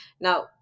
Now